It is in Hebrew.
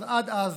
אז עד אז